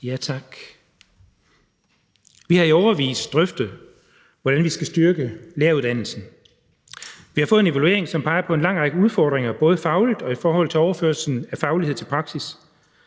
Tak. Vi har i årevis drøftet, hvordan vi skal styrke læreruddannelsen. Vi har fået en evaluering, som peger på en lang række udfordringer, både fagligt og i forhold til overførelsen af faglighed til praksis.